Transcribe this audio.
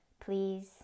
please